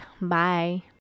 Bye